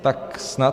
Tak snad...